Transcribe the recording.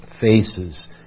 faces